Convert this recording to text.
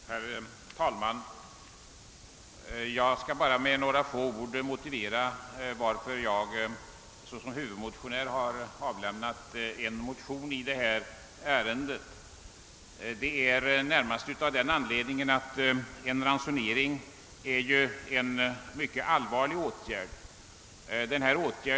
Herr talman! Jag skall bara med några få ord motivera att jag såsom huvudmotionär avgivit en motion i detta ärende. Det har jag gjort närmast av den anledningen att en ransonering är en mycket allvarlig åtgärd.